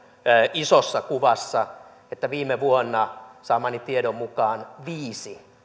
isossa kuvassa että viime vuonna saamani tiedon mukaan viisi